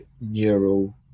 neural